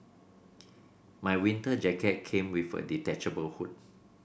my winter jacket came with a detachable hood